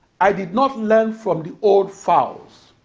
i did not learn from the old fowls